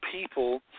people